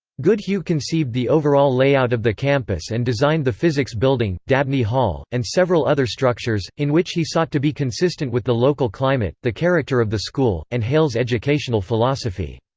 goodhue conceived the overall layout of the campus and designed the physics building, dabney hall, and several other structures, in which he sought to be consistent with the local climate, the character of the school, and hale's educational philosophy.